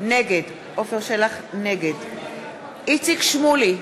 נגד איציק שמולי,